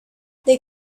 they